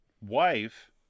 wife